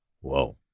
Whoa